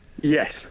yes